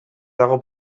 dago